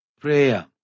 Prayer